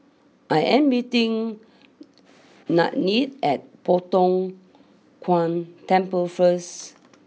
I am meeting Nannette at Poh Tiong Kiong Temple first